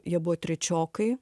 jie buvo trečiokai